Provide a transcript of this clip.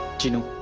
genie